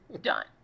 Done